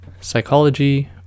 psychology